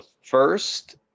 first